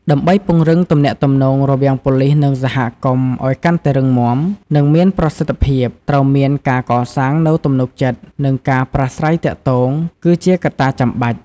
ដើម្បីពង្រឹងទំនាក់ទំនងរវាងប៉ូលីស និងសហគមន៍ ឲ្យកាន់តែរឹងមាំ និងមានប្រសិទ្ធភាព ត្រូវមានការកសាងនូវទំនុកចិត្ត និងការប្រាស្រ័យទាក់ទង គឺជាកត្តាចាំបាច់។